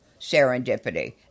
serendipity